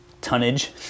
tonnage